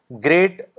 great